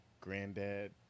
granddad